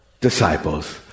disciples